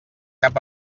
cap